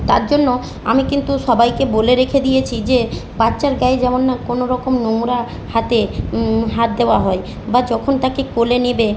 তার জন্য আমি কিন্তু সবাইকে বলে রেখে দিয়েছি যে বাচ্চার গায়ে যেমন না কোনো রকম নোংরা হাতে হাত দেওয়া হয় বা যখন তাকে কোলে নেবে